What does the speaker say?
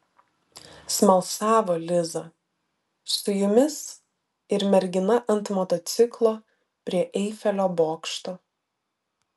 smalsavo liza su jumis ir mergina ant motociklo prie eifelio bokšto